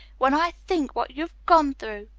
when i think what you've gone through